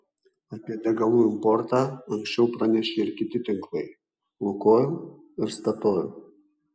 apie degalų importą anksčiau pranešė ir kiti tinklai lukoil ir statoil